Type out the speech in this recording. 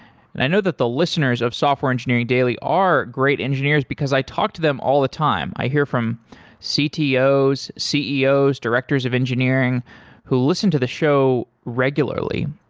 and i know that the listeners of software engineering daily are great engineers because i talk to them all the time. i hear from ctos, ceos, directors of engineering who listen to the show regularly.